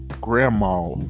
grandma